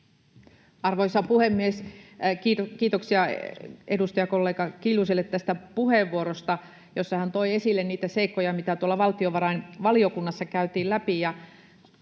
Arvoisa puhemies! Kiitoksia edustajakollega Kiljuselle tästä puheenvuorosta, jossa hän toi esille niitä seikkoja, mitä tuolla valtiovarainvaliokunnassa käytiin läpi.